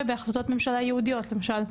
וכמובן בהחלטות ממשלה ייעודיות למשל,